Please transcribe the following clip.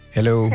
Hello